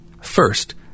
First